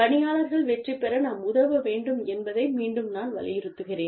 பணியாளர்கள் வெற்றிபெற நாம் உதவ வேண்டும் என்பதை மீண்டும் நான் வலியுறுத்துகிறேன்